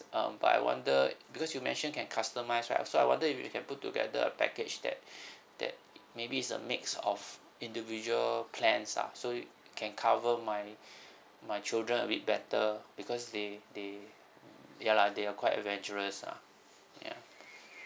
um but I wonder because you mention can customise right so I wonder if you can put together a package that that maybe is a mix of individual plans ah so it can cover my my children a bit better because they they ya lah they are quite adventurous ah ya